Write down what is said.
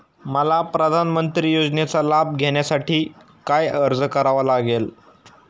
मला प्रधानमंत्री योजनेचा लाभ घेण्यासाठी काय अर्ज करावा लागेल?